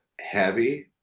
heavy